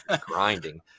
grinding